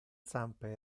zampe